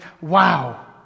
wow